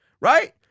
right